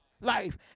life